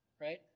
right